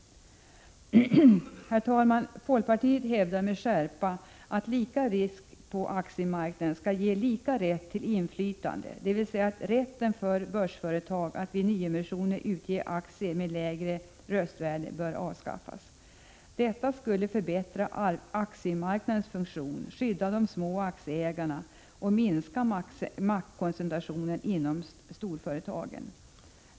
Herr talman! Folkpartiet hävdar med skärpa att lika risk på aktiemarknaden skall ge lika rätt till inflytande, dvs. att rätten för börsföretag att vid nyemission utge aktier med lägre röstvärde bör avskaffas. Detta skulle förbättra aktiemarknadens funktion, skydda de mindre aktieägarna och minska maktkoncentrationen inom storföretagen.